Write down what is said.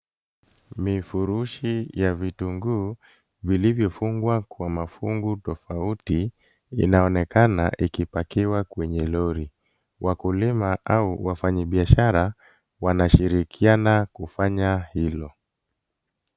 Mifurushi ya vitunguu vilivyofungwa kwa mafungu tofauti inaonekana ikipakiwa kwenye lori. Wakulima au wafanyibiashara wanashirikiana kufanya hilo.